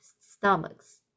stomachs